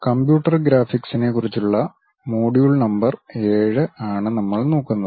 computer ഗ്രാഫിക്സിനെക്കുറിച്ചുള്ള module number 7 ആണ് നമ്മൾ നോക്കുന്നത്